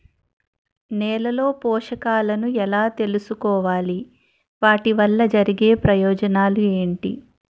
నేలలో పోషకాలను ఎలా తెలుసుకోవాలి? వాటి వల్ల కలిగే ప్రయోజనాలు ఏంటి?